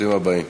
ברוכים הבאים.